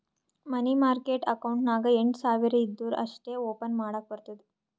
ಮನಿ market account ನಾಗ್ ಎಂಟ್ ಸಾವಿರ್ ಇದ್ದೂರ ಅಷ್ಟೇ ಓಪನ್ ಮಾಡಕ್ ಬರ್ತುದ